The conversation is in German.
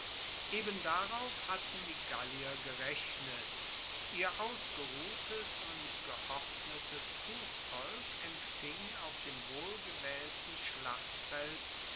eben darauf hatten die gallier gerechnet ihr ausgeruhtes und geordnetes fussvolk empfing auf dem wohl gewaehlten schlachtfeld